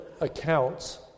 accounts